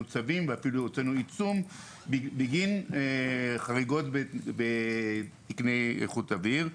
צווים ועיצום בגין חריגות בתקני איכות אוויר.